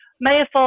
Mayor